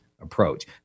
approach